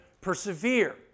persevere